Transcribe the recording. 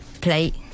plate